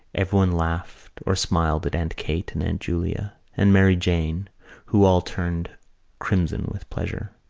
everyone laughed or smiled at aunt kate and aunt julia and mary jane who all turned crimson with pleasure.